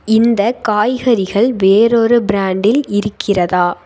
இந்த காய்கறிகள் வேறொரு ப்ராண்டில் இருக்கிறதா